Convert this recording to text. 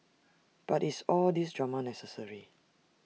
but is all these drama necessary